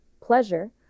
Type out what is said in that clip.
pleasure